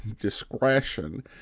discretion